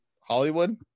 Hollywood